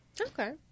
Okay